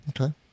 okay